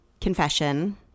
confession